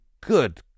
Good